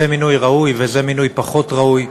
זה מינוי ראוי וזה מינוי פחות ראוי.